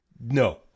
no